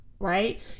right